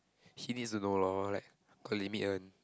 he needs to know lor like got limit one